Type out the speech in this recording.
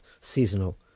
seasonal